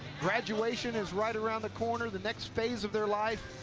graduation is right around the corner, the next phase of their life,